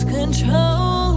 control